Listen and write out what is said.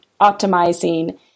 optimizing